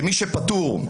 כמי שפטור,